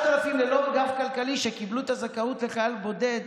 אבל אותם 3,000 ללא גב כלכלי שקיבלו את הזכאות לחייל בודד